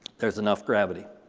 there's enough gravity.